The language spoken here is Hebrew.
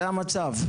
זה המצב.